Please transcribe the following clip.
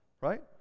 right